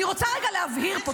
אני רוצה להבהיר פה,